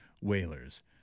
Whalers